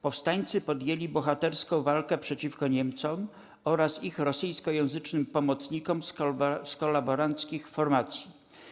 Powstańcy podjęli bohaterską walkę przeciwko Niemcom oraz ich rosyjskojęzycznym pomocnikom z kolaboranckich formacji.